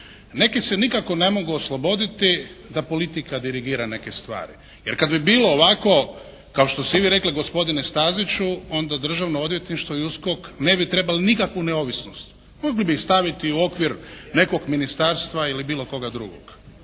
Neki se nikako ne mogu osloboditi da politika dirigira neke stvari, jer kada bi bilo ovako kao što ste i vi rekli gospodine Staziću, onda Državno odvjetništvo i USKOK ne bi trebali nikakvu neovisnost. Mogli bi stavili u okvir nekog ministarstva ili bilo koga drugog.